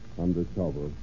undercover